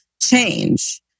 change